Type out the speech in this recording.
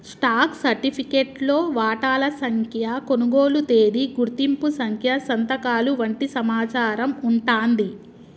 stock సర్టిఫికేట్లో వాటాల సంఖ్య, కొనుగోలు తేదీ, గుర్తింపు సంఖ్య సంతకాలు వంటి సమాచారం వుంటాంది